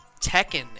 Tekken